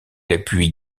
appuie